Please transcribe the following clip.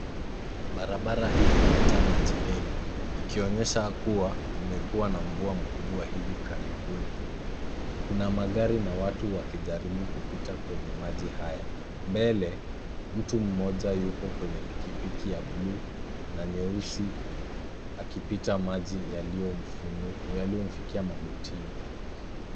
Barabara hii imejaa maji mengi ikionyesha kuwa kumekua na mvua mkubwa hivi karibuni. Kuna magari na watu wakijaribu kupita kwenye maji haya. Mbele, mtu mmoja yuko kwenye pikipiki ya bluu na nyeusi akipita maji yaliyomfikia magotini.